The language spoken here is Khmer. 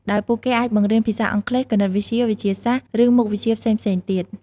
ដោយពួកគេអាចបង្រៀនភាសាអង់គ្លេស គណិតវិទ្យា វិទ្យាសាស្ត្រ ឬមុខវិជ្ជាផ្សេងៗទៀត។